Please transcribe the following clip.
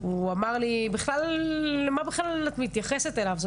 הוא אמר לי מה בכלל את מתייחסת אליו?